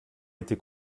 était